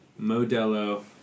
Modelo